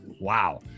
Wow